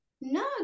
no